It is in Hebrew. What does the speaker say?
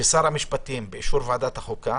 ששר המשפטים, באישור ועדת החוקה,